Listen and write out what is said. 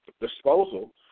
disposal